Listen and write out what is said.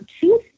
two